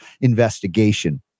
investigation